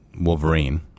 Wolverine